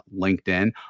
LinkedIn